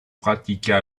pratiqua